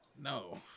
No